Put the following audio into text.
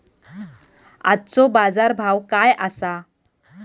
आजचो बाजार भाव काय आसा?